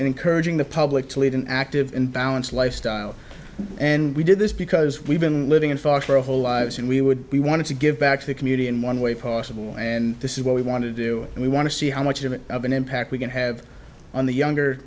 encouraging the public to lead an active and balanced lifestyle and we did this because we've been living in foster a whole lives and we would we want to give back to the community in one way possible and this is what we want to do and we want to see how much of an impact we can have on the younger